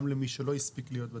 גם למי שלא הספיק להיות פה.